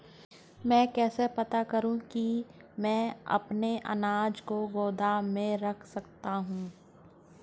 मैं कैसे पता करूँ कि मैं अपने अनाज को गोदाम में रख सकता हूँ?